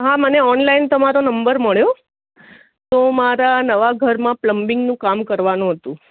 હા મને ઓનલાઇન તમારો નંબર મળ્યો તો મારા નવા ઘરમાં પ્લમ્બિંગનું કામ કરવાનું હતું